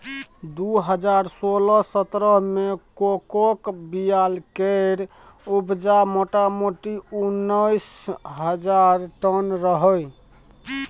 दु हजार सोलह सतरह मे कोकोक बीया केर उपजा मोटामोटी उन्नैस हजार टन रहय